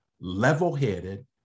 level-headed